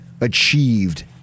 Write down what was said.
achieved